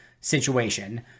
situation